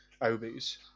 Obi's